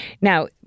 Now